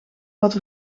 wat